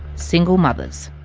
single mothers.